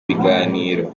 biganiro